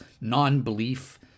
non-belief